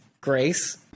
Grace